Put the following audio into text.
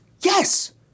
Yes